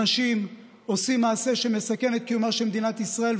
אנשים עושים מעשה שמסכן את קיומה של מדינת ישראל.